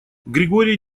григорий